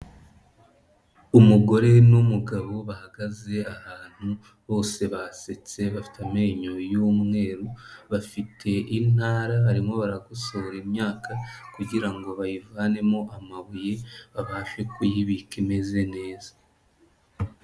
Umugore n'umugabo bahagaze ahantu, bose basetse bafite amenyo y'umweru, bafite intara barimo baragosora imyaka kugira ngo bayivanemo amabuye, babashe kuyibika imeze neza.